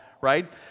right